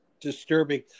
disturbing